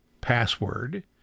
Password